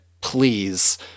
please